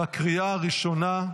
בקריאה הראשונה.